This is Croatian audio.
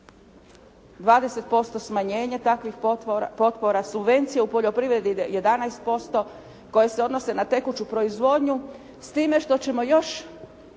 20% smanjenje takvih potpora, subvencije u poljoprivredi 11% koje se odnose na tekuću proizvodnju s time što ćemo još